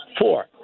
Four